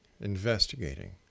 investigating